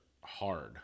hard